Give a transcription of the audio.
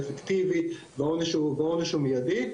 אפקטיבי והעונש הוא מידי.